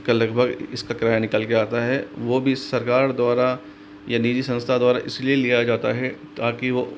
के लगभग इसका किराया निकल के आता है वो भी सरकार द्वारा या निजी संस्था द्वारा इसलिए लिया जाता है ताकि वो